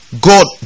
God